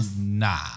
nah